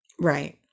right